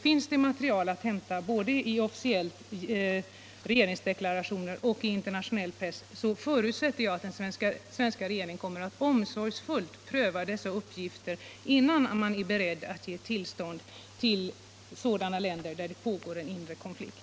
Finns det material att hämta både i officiella regeringsdeklarationer och i internationell press, förutsätter jag att den svenska regeringen kommer att omsorgsfullt pröva dessa uppgifter innan man är beredd att ge tillstånd för utförsel till sådana länder där det finns risk att det pågår en inre konflikt.